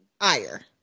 ire